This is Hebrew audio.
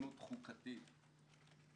היתכנות חוקתית.